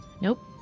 Nope